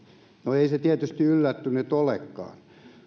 no ei se tietysti yllättynyt olekaan